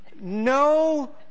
No